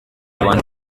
one